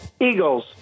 eagles